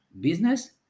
business